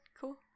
cool